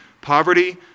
poverty